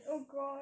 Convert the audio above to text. oh god